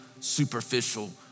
superficial